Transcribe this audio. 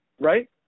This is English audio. right